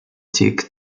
tic